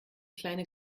kleine